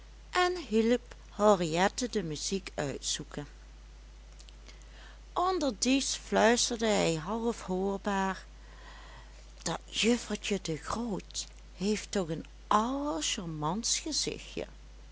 en hielp henriette de muziek uitzoeken onderdies fluisterde hij half hoorbaar dat juffertje de groot heeft toch een allercharmantst